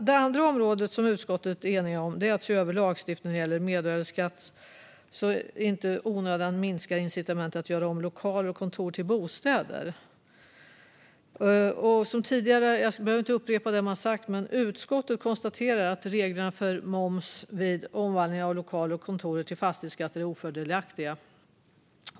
Det andra området som utskottet är enigt om är att lagstiftningen när det gäller mervärdesskatt ska ses över så att den inte i onödan minskar incitamenten till att göra om lokaler och kontor till bostäder. Jag behöver inte upprepa vad som har sagts. Men utskottet konstaterar att reglerna för moms vid omvandling av lokaler och kontor till hyresfastigheter är ofördelaktiga.